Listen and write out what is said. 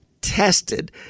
tested